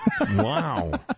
Wow